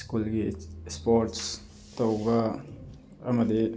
ꯁ꯭ꯀꯨꯜꯒꯤ ꯏꯁꯄꯣꯔꯠꯁ ꯇꯧꯕ ꯑꯃꯗꯤ